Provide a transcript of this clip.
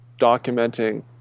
documenting